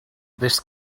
this